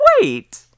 wait